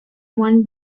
one